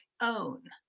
own